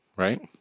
Right